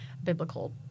biblical